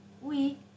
Oui